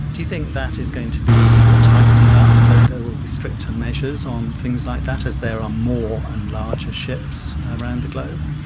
do you think that is going to be tightened up, that there will be stricter measures on things like that as there are more and larger ships around the globe?